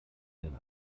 den